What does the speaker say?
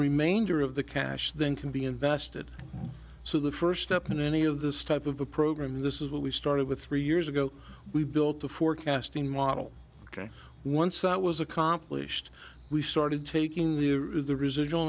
remainder of the cash then can be invested so the first step in any of this type of a program this is what we started with three years ago we built a forecasting model ok once that was accomplished we started taking the residual